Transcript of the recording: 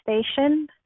station